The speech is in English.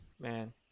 man